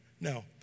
No